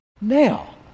Now